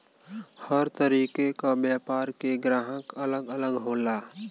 हर तरीके क व्यापार के ग्राहक अलग अलग होला